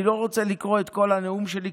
אני לא רוצה לקרוא את כל הנאום שלי,